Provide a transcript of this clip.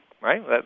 right